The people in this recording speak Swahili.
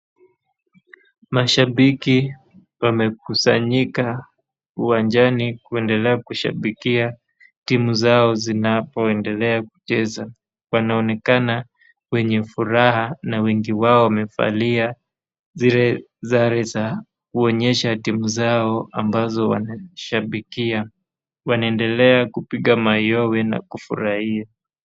Mashambiki wamekusanyika uwanjani kuendelea kushambikia timu zao zinapoendelea kucheza. Wanaonekana wenye furaha na wengi wao wamevalia zile sare za kuonyesha timu zao ambazo wanashambikia na wanaendelea kupiga mayowe na kufurahia.